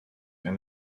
and